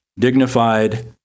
Dignified